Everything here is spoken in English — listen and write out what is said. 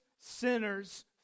sinners